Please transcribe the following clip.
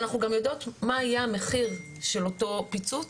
ואנחנו יודעות גם מה יהיה המחיר של אותו פיצוץ,